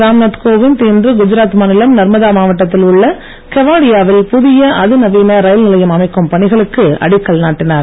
ராம்நாத் கோவிந்த் இன்று குஜராத் மாநிலம் நர்மதா மாவட்டத்தில் உள்ள கெவாடியா வில் புதிய அதிநவீன ரயில் நிலையம் அமைக்கும் பணிகளுக்கு அடிக்கல் நாட்டினார்